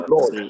Lord